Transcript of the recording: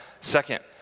Second